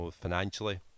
financially